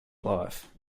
life